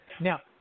Now